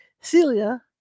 Celia